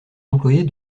employés